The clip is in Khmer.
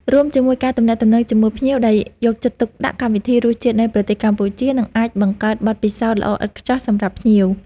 រួមជាមួយការទំនាក់ទំនងជាមួយភ្ញៀវដែលយកចិត្តទុកដាក់ កម្មវិធី រសជាតិនៃប្រទេសកម្ពុជា នឹងអាចបង្កើតបទពិសោធន៍ល្អឥតខ្ចោះសម្រាប់ភ្ញៀវ